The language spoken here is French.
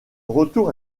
retour